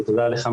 ותודה לך,